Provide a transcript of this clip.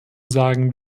sagen